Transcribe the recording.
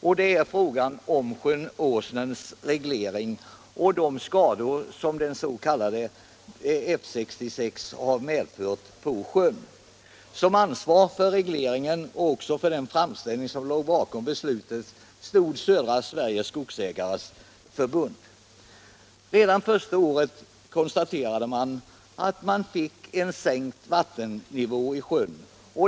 Jag avser frågan om sjön Åsnens reglering och de skador som den s.k. F 66 har medfört för sjön. Som ansvarig för regleringen och för den framställning som låg bakom beslutet stod Södra Skogsägarnas AB. Redan första året konstaterades att man fick en sänkt vattennivå i sjön.